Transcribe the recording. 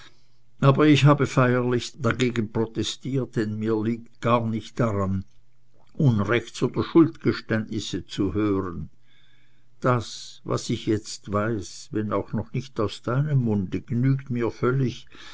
aber ich habe feierlichst dagegen protestiert denn mir liegt gar nicht daran unrechts oder schuldgeständnisse zu hören das was ich jetzt weiß wenn auch noch nicht aus deinem munde genügt mir völlig